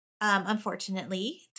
unfortunately